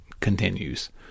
continues